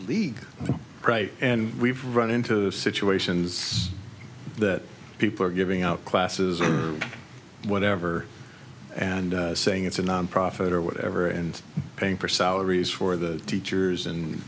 league and we've run into situations that people are giving out classes or whatever and saying it's a nonprofit or whatever and paying for salaries for the teachers and